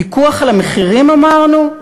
פיקוח על המחירים אמרנו?